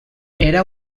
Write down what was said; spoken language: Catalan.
era